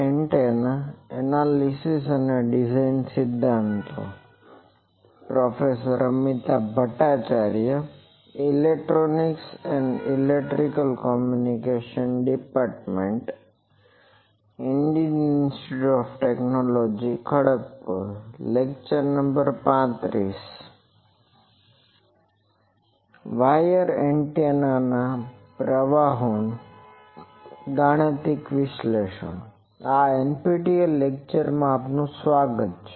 આ NPTEL લેક્ચરમાં આપનું સ્વાગત છે